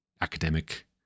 academic